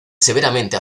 severamente